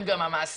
הם גם המעסיקים,